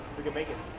we can make it.